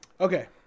Okay